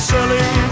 Selling